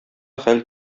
хәл